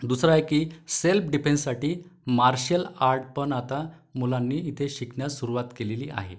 दुसरं आहे की सेल्प डीपेन्ससाठी मार्शल आर्ट पण आता मुलांनी इथे शिकण्यास सुरुवात केलेली आहे